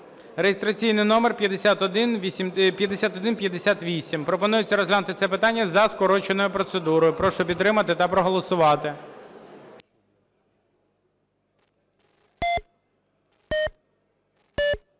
(реєстраційний номер 5158). Пропонується розглянути це питання за скороченою процедурою. Прошу підтримати та проголосувати.